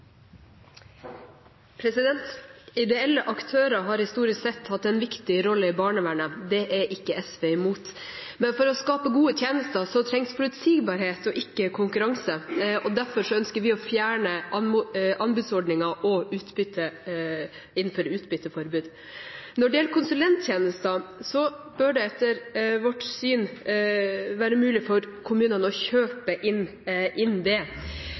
ikke SV imot. Men for å skape gode tjenester trengs forutsigbarhet og ikke konkurranse. Derfor ønsker vi å fjerne anbudsordningen og innføre utbytteforbud. Når det gjelder konsulenttjenester, bør det etter vårt syn være mulig for kommunene å kjøpe inn det, men ikke å sette ut forvaltningsoppgaver. Det